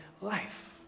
life